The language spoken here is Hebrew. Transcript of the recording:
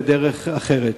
בדרך אחרת.